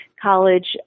college